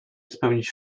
spełnić